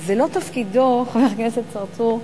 חבר הכנסת צרצור,